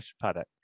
product